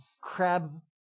crab